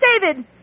David